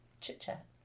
chit-chat